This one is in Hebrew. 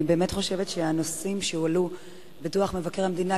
אני באמת חושבת שהנושאים שהועלו בדוח מבקר מדינה,